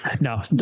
No